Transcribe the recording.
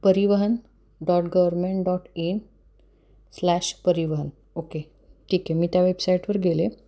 परिवहन dot government dot in slash Parivahan okay ठीक आहे मी त्या वेबसाईटवर गेले